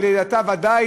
ולידתה ודאי,